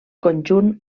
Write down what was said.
conjunt